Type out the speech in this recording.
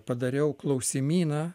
padariau klausimyną